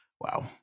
Wow